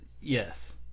yes